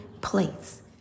place